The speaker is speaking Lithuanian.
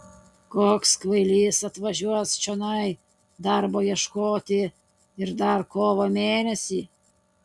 koks kvailys atvažiuos čionai darbo ieškoti ir dar kovo mėnesį